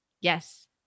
Yes